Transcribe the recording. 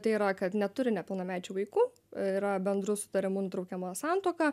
tai yra kad neturi nepilnamečių vaikų yra bendru sutarimu nutraukiama santuoka